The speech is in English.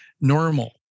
normal